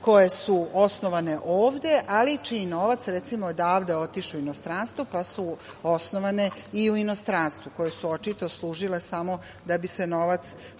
koje su osnovane ovde, ali čiji je novac, recimo, odavde otišao u inostranstvo, pa su osnovane i u inostranstvu, a koje očito služile samo da bi se novac